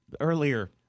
earlier